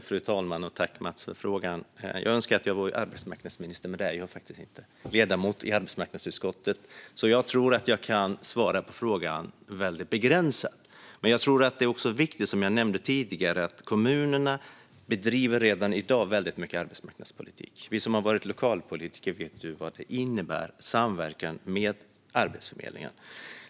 Fru talman! Tack, Mats, för frågan! Jag önskar att jag vore arbetsmarknadsminister, men det är jag faktiskt inte. Som ledamot i arbetsmarknadsutskottet tror jag att jag kan svara väldigt begränsat på frågan. Jag tror dock att det är viktigt, som jag nämnde tidigare, att kommunerna redan i dag bedriver väldigt mycket arbetsmarknadspolitik. Vi som har varit lokalpolitiker vet vad det innebär med samverkan med Arbetsförmedlingen.